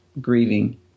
grieving